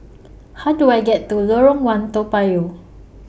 How Do I get to Lorong one Toa Payoh